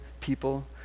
people